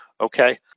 okay